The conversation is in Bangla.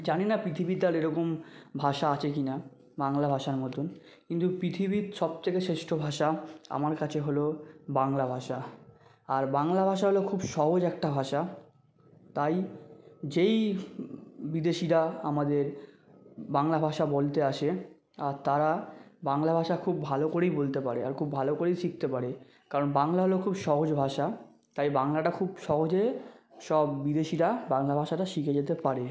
জানি না পৃ্ৃথিবীতে আর এরকম আর ভাষা আছে কিনা বাংলা ভাষার মতোন কিন্তু পৃথিবীর সব থেকে শ্রেষ্ঠ ভাষা আমার কাছে হলো বাংলা ভাষা আর বাংলা ভাষা হলো খুব সহজ একটা ভাষা তাই যেই বিদেশিরা আমাদের বাংলা ভাষা বলতে আসে আর তারা বাংলা ভাষা খুব ভালো করেই বলতে পারে আর খুব ভালো করেই শিখতে পারে কারণ বাংলা হলো খুব সহজ ভাষা তাই বাংলাটা খুব সহজে সব বিদেশিরা বাংলা ভাষাটা শিকে যেতে পারে